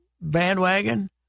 bandwagon